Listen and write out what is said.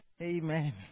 Amen